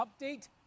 update